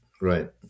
Right